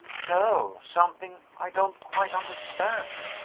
no something i don't quite understand.